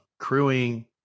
crewing